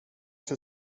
för